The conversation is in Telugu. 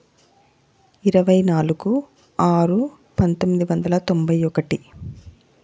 ఇరవైనాలుగు ఆరు పంతొమ్మిది వందల తొంభై ఒకటి